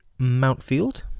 Mountfield